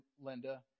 Linda